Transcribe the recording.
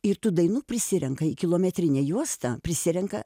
ir tų dainų prisirenka kilometrinė juosta prisirenka